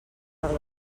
del